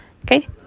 okay